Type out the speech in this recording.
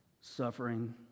suffering